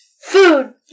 Food